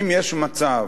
אם יש מצב